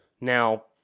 now